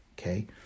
okay